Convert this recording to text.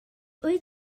wyt